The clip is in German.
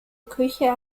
küche